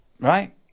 Right